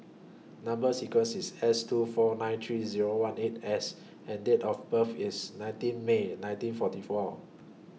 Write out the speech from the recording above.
Number sequence IS S two four nine three Zero one eight S and Date of birth IS nineteen May nineteen forty four